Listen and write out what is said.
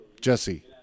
Jesse